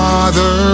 Father